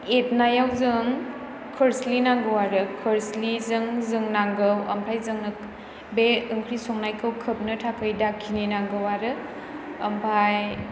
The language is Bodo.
एरनायाव जों खोरस्लि नांगौ आरो खोरस्लिजों जों नांगौ ओमफ्राय जोंनो बे ओंख्रि संनायखौ खोबनो थाखाय दाखिनि नांगौ आरो ओमफ्राय